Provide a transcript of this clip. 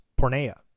pornea